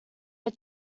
had